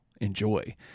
enjoy